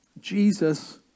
Jesus